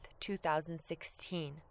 2016